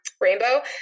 rainbow